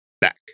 back